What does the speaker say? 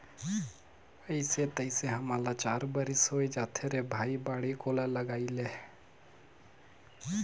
अइसे तइसे हमन ल चार बरिस होए जाथे रे भई बाड़ी कोला लगायेले